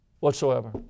Whatsoever